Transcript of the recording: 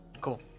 cool